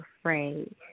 afraid